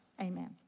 Amen